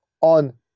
on